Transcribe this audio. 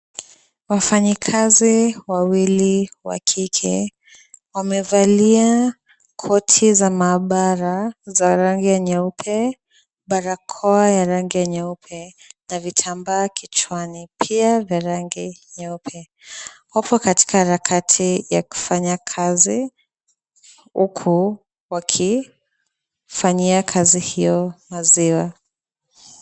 Wafanyikazi wawili wa kike wamevalia koti za maabara za rangi ya nyeupe, barakoa ya rangi ya nyeupe na vitambaa kichwani pia za rangi nyeupe. Wapo katika harakati ya kufanya kazi huku wakifanyia kazi hiyo maziwa.